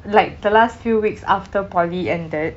like the last few weeks after poly ended